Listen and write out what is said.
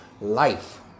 life